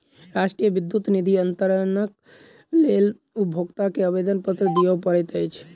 राष्ट्रीय विद्युत निधि अन्तरणक लेल उपभोगता के आवेदनपत्र दिअ पड़ैत अछि